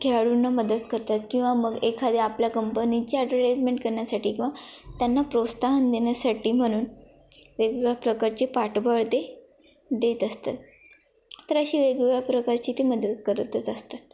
खेळाडूंना मदत करतात किंवा मग एखाद्या आपल्या कंपनीची ॲडवर्टाईजमेंट करण्यासाठी किंवा त्यांना प्रोत्साहन देण्यासाठी म्हणून वेगवेगळ्या प्रकारचे पाठबळ ते देत असतात तर अशी वेगवेगळ्या प्रकारची ते मदत करतच असतात